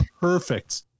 perfect